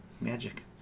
Magic